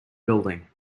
building